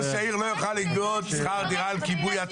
יוכל לגבות שכר דירה על כיבוי.